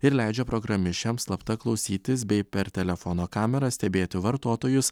ir leidžia programišiams slapta klausytis bei per telefono kamerą stebėti vartotojus